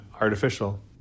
artificial